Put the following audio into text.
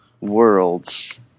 worlds